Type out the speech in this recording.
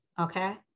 Okay